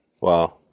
Wow